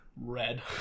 Red